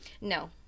No